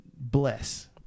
bless